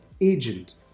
agent